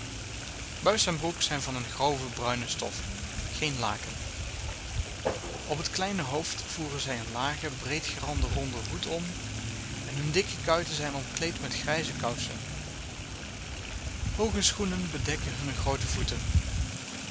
buis en broek zijn van een grove bruine stof geen laken op het kleine hoofd voeren zij een lagen breedgeranden ronden hoed om en hunne dikke kuiten zijn omkleed met grijze kousen hooge schoenen bedekken hunne groote voeten